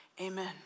Amen